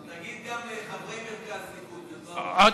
תגיד גם לחברי מרכז ליכוד, לא.